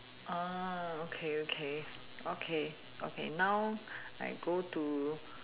ah okay okay okay okay now I go to